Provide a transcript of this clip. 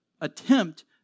attempt